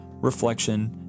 reflection